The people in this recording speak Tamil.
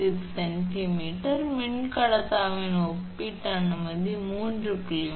6 சென்டிமீட்டர் மின்கடத்தாவின் ஒப்பீட்டு அனுமதி 3